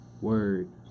Word